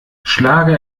schlage